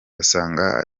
asanga